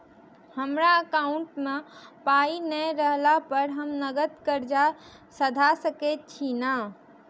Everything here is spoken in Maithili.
हमरा एकाउंट मे पाई नै रहला पर हम नगद कर्जा सधा सकैत छी नै?